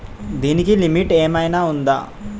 దీనికి లిమిట్ ఆమైనా ఉందా?